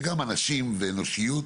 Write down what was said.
זה גם אנשים ואנושיות,